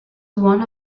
one